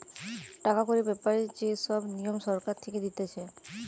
টাকা কড়ির ব্যাপারে যে সব নিয়ম সরকার থেকে দিতেছে